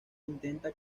intenta